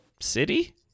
city